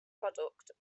product